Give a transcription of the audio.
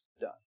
done